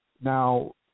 Now